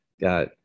Got